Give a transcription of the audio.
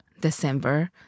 December